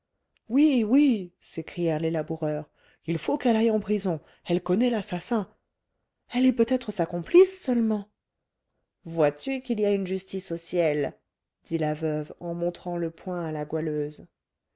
oui oui s'écrièrent les laboureurs il faut qu'elle aille en prison elle connaît l'assassin elle est peut-être sa complice seulement vois-tu qu'il y a une justice au ciel dit la veuve en montrant le poing à la goualeuse